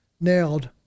nailed